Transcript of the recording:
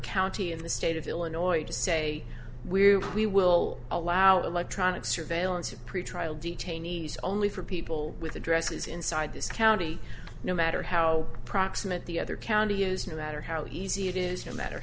county in the state of illinois to say we will allow electronic surveillance of pretrial detainees only for people with addresses inside this county no matter how proximate the other county is no matter how easy it is no matter